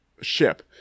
ship